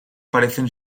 parecen